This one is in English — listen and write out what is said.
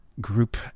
group